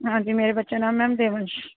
ਹਾਂਜੀ ਮੇਰੇ ਬੱਚੇ ਦਾ ਨਾਮ ਮੈਮ ਦੇਵੰਸ਼